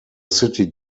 city